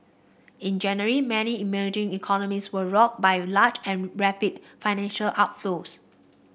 in January many emerging economies were rocked by large and rapid financial outflows